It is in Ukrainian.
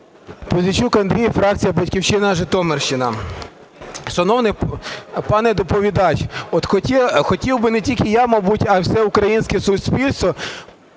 Пузійчук Андрій, фракція "Батьківщина", Житомирщина. Шановний пане доповідач, от хотів би не тільки я, мабуть, а і все українське суспільство